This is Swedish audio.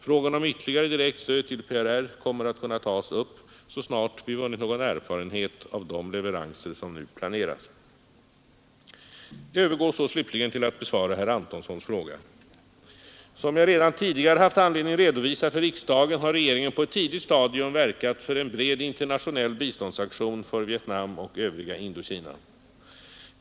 Frågan om ytterligare direkt stöd till PRR kommer att kunna tas upp så snart vi vunnit någon erfarenhet av de leveranser som nu planeras. Jag övergår slutligen till att besvara herr Antonssons fråga. Som jag redan tidigare haft anledning redovisa för riksdagen har regeringen på ett tidigt stadium verkat för en bred internationell biståndsaktion för Vietnam och övriga Indokina.